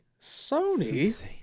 Sony